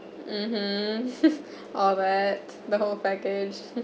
mmhmm all that the whole package